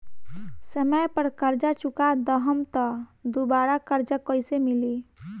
समय पर कर्जा चुका दहम त दुबाराकर्जा कइसे मिली?